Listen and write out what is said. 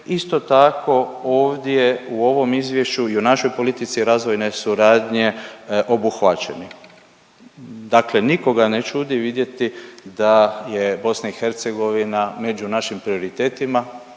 isto tako ovdje u ovom izvješću i u našoj politici razvojne suradnje obuhvaćeni. Dakle, nikoga ne čudi vidjeti da je BiH među našim prioritetima